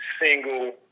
single